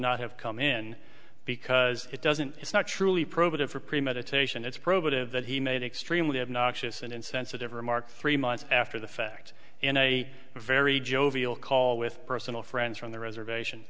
not have come in because it doesn't it's not truly probative or premeditation it's probative that he made extremely obnoxious and insensitive remarks three months after the fact in a very jovial call with personal friends from the reservation